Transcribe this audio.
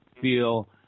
feel